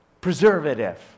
preservative